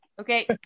Okay